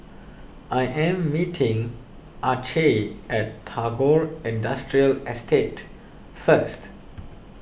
I am meeting Acey at Tagore Industrial Estate first